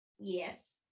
yes